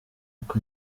uko